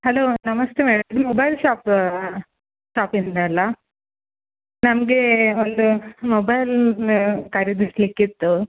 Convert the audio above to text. hello ನಮಸ್ತೆ madam ನೀವು mobile shop ಶಾಪಿನಿಂದ ಅಲ್ಲ ನಮಗೆ ಒಂದು ಮೊಬೈಲ್ ಖರೀದಿಸಲಿಕಿತ್ತು